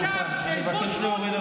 יא פושע, יא פושע.